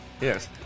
Yes